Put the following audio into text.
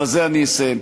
ובזה אני אסיים.